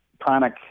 chronic